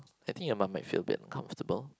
I think your mom might feel a bit uncomfortable